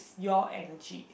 your energy